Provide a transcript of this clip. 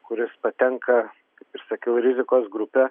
kuris patenka kaip ir sakiau į rizikos grupę